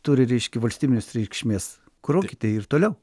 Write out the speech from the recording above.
turi reiškia valstybinės reikšmės kuruokite ir toliau